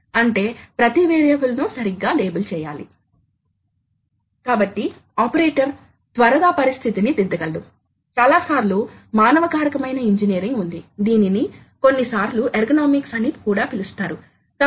అదేవిధంగా చాలా ఎక్కువ ఉష్ణోగ్రతల కోసం మొదట ఉత్పత్త నాణ్యతను ప్రభావితం కావచ్చు మరియు రెండవది కొన్నిసార్లు కొలతలు కూడా ప్రభావితమవుతాయి